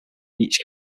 each